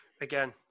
Again